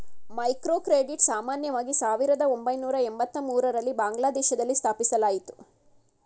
microcredit ಸಾಮಾನ್ಯವಾಗಿ ಸಾವಿರದ ಒಂಬೈನೂರ ಎಂಬತ್ತಮೂರು ರಲ್ಲಿ ಬಾಂಗ್ಲಾದೇಶದಲ್ಲಿ ಸ್ಥಾಪಿಸಲಾಯಿತು